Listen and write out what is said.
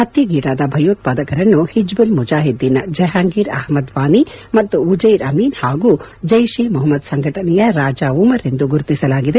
ಹತ್ಗೆಗೀಡಾದ ಭಯೋತ್ವಾದಕರನ್ನು ಹಿಬ್ಲಲ್ ಮುಜಾಹಿದ್ದೀನ್ ನ ಜೆಹಾಂಗೀರ್ ಅಹ್ಲದ್ ವಾನಿ ಮತ್ತು ಉಜ್ಲೆರ್ ಅಮಿನ್ ಹಾಗೂ ಜೈಶ್ ಎ ಮೊಹಮ್ನದ್ ಸಂಘಟನೆಯ ರಾಜಾ ಉಮರ್ ಎಂದು ಗುರುತಿಸಲಾಗಿದೆ